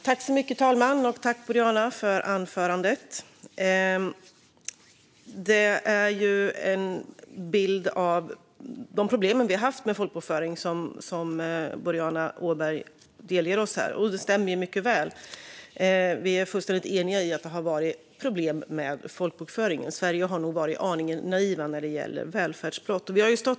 Herr talman! Jag tackar Boriana för anförandet. Den bild av problemen med folkbokföringen som Boriana Åberg delger oss stämmer mycket väl, och här är vi fullständigt eniga. Sverige har nog varit aningen naivt när det gäller välfärdsbrott.